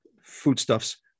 foodstuffs